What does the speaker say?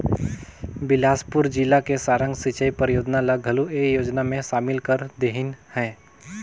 बेलासपुर जिला के सारंग सिंचई परियोजना ल घलो ए योजना मे सामिल कर देहिनह है